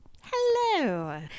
Hello